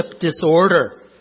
disorder